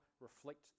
reflect